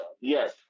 Yes